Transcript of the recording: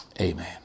Amen